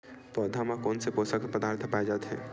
पौधा मा कोन से पोषक पदार्थ पाए जाथे?